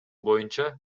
боюнча